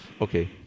Okay